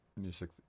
music